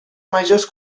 majors